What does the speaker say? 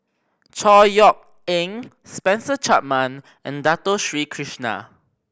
Chor Yeok Eng Spencer Chapman and Dato Sri Krishna